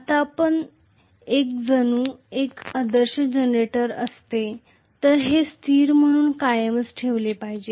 आता जणू ते एक आदर्श जनरेटर असते तर हे स्थिर म्हणून कायम ठेवले पाहिजे